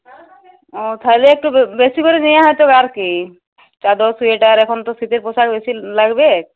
ও তাহলে একটু বেশি করে নেওয়া হয়তো হবে আর কি চাদর সোয়েটার এখন তো শীতের পোশাক বেশি লাগবেক